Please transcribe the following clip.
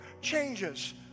changes